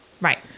Right